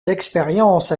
l’expérience